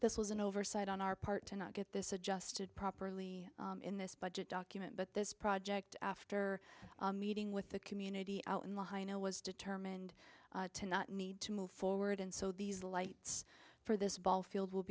this was an oversight on our part to not get this adjusted properly in this budget document but this project after meeting with the community out in la you know was determined to not need to move forward and so these lights for this ball field will